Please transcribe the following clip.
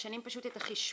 משנים פשוט את החישוב,